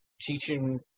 teaching